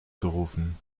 gerufen